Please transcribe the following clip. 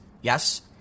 yes